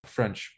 French